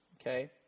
okay